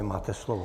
Máte slovo.